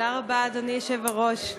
תודה רבה, אדוני היושב-ראש.